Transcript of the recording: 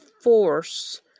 force